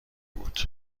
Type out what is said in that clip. بود